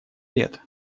лет